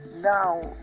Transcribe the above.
now